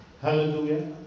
Hallelujah